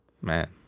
Man